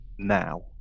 Now